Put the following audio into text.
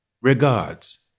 Regards